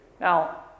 Now